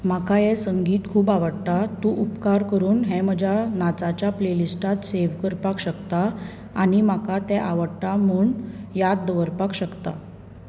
म्हाका हें संगीत खूब आवडटा तूं उपकार करून हें म्हज्या नाचाच्या प्लेलिस्टात सेव करपाक शकता आनी म्हाका तें आवडटा म्हूण याद दवरपाक शकता